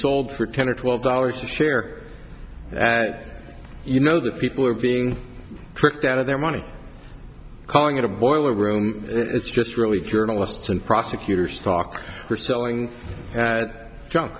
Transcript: sold for ten or twelve dollars a share that you know that people are being tricked out of their money calling it a boiler room it's just really journalists and prosecutors talk or selling that